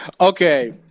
okay